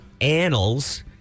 annals